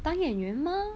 当演员吗